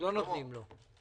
לא נותנים לו.